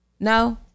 No